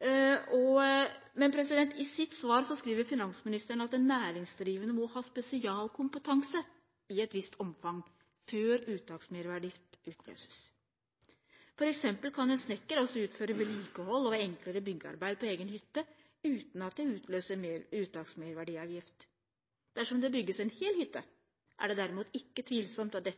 Men i sitt svar skriver finansministeren at den næringsdrivende må ha spesialkompetanse i et visst omfang før uttaksmerverdiavgift utløses. For eksempel kan en snekker også utføre vedlikehold og enklere byggearbeid på egen hytte uten at dette utløser uttaksmerverdiavgift. Dersom det bygges en hel hytte, er det derimot ikke tvilsomt at